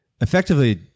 effectively